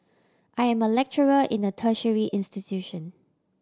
I am a lecturer in a tertiary institution